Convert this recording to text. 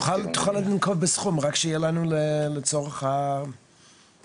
תוכל לנקוב בסכום, רק שיהיה לנו לצורך הציפייה.